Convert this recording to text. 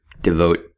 devote